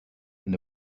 and